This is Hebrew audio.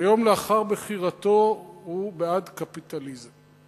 ויום לאחר בחירתו הוא בעד קפיטליזם.